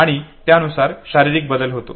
आणि त्यानुसार शारीरिक बदल होतो